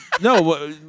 No